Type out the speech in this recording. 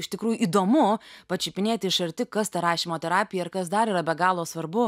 iš tikrųjų įdomu pačiupinėti iš arti kas ta rašymo terapija ir kas dar yra be galo svarbu